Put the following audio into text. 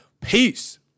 Peace